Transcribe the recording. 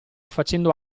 facendo